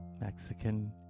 Mexican